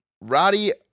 Roddy